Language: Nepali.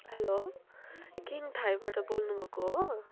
हेलो किङ थाइबाट बोल्नुभएको हो